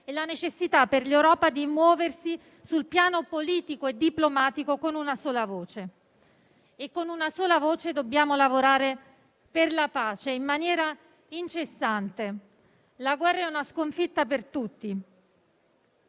e la necessità per l'Europa di muoversi sul piano politico e diplomatico con una sola voce. Con una sola voce dobbiamo lavorare per la pace in maniera incessante. La guerra è una sconfitta per tutti.